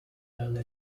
early